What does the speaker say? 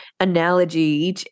analogy